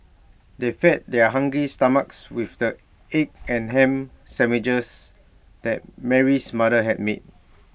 they fed their hungry stomachs with the egg and Ham Sandwiches that Mary's mother had made